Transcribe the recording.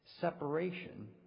Separation